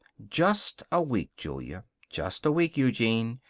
just a week, julia. just a week, eugene.